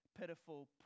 pitiful